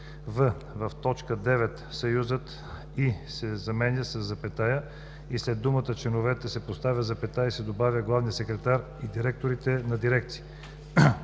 в) в т. 9 съюзът „и“ се заменя със запетая, а след думата „членовете“ се поставя запетая и се добавя „главният секретар и директорите на дирекции“;